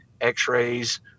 x-rays